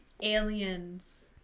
aliens